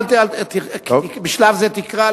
אל, בשלב זה תקרא.